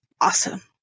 awesome